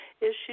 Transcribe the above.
issues